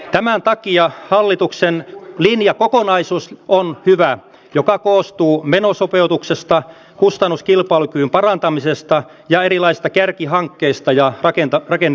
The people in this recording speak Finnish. tämän takia hallituksen linjakokonaisuus joka koostuu menosopeutuksesta kustannuskilpailukyvyn parantamisesta ja erilaisista kärkihankkeista ja rakenneuudistuksista on hyvä